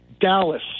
Dallas